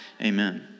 Amen